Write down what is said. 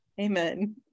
Amen